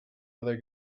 other